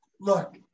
Look